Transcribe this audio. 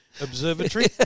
Observatory